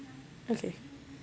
okay